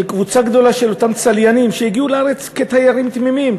שקבוצה גדולה של אותם צליינים שהגיעו לארץ כתיירים תמימים,